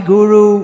Guru